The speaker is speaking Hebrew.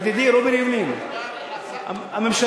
ידידי רובי ריבלין, הממשלה